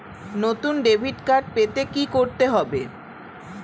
নতুন debit card পেতে কী করতে হবে?